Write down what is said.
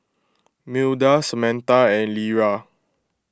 Milda Samatha and Lera